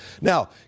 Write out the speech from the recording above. Now